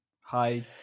Hi